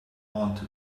haunted